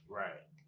right